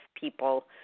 people